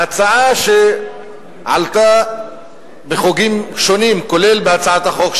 ההצעה שעלתה בחוגים שונים, כולל בהצעת החוק שלי,